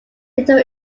little